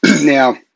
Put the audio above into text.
Now